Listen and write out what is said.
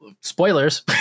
spoilers